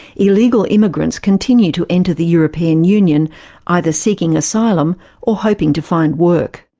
illegal immigrants continue to enter the european union either seeking asylum or hoping to find work.